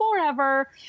forever